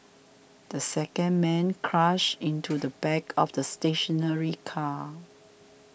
the second man crashed into the back of the stationary car